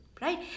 right